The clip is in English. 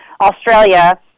Australia